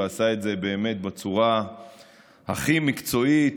ועשה את זה באמת בצורה הכי מקצועית,